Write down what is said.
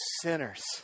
sinners